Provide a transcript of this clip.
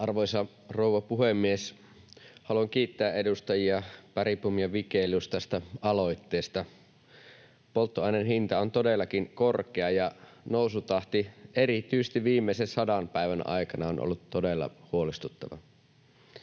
Arvoisa rouva puhemies! Haluan kiittää edustajia Bergbom ja Vigelius tästä aloitteesta. Polttoaineen hinta on todellakin korkea, ja sen nousutahti erityisesti viimeisen sadan päivän aikana on ollut todella huolestuttava.